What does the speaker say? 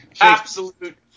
Absolute